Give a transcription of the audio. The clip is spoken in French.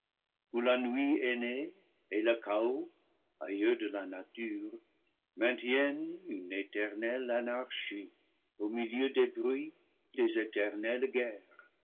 la nuit aînée et le chaos aïeux de la nature maintiennent une éternelle anarchie au milieu des bruits des éternelles guerres